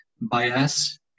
bias